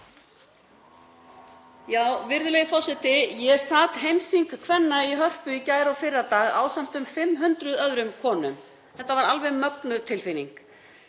Virðulegi forseti. Ég sat heimsþing kvenleiðtoga í Hörpu í gær og fyrradag ásamt um 500 öðrum konum. Þetta var alveg mögnuð tilfinning.